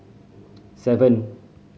seven